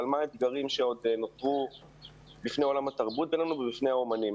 ומה האתגרים שעוד נותרו בפני עולם התרבות ובפני האומנים.